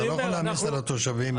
אתה לא יכול להעמיס על התושבים.